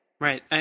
Right